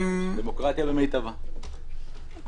דמוקרטיה במיטבה...